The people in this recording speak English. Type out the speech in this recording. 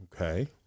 Okay